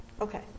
Okay